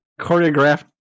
choreographed